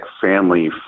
family